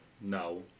No